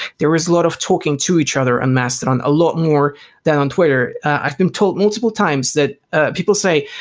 there was lot of talking to each other on ah mastodon. a lot more than on twitter. i've been told multiple times that people say,